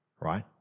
right